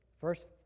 First